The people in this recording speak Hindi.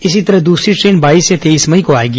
इसी तरह दूसरी ट्रेन बाईस या तेईस मई को आएगी